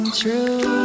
true